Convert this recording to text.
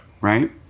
Right